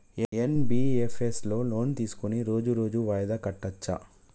NBFS లో loan తీస్కొని రోజు రోజు వాయిదా కట్టచ్ఛా?